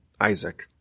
Isaac